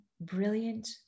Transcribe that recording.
brilliant